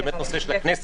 זה באמת נושא של הכנסת,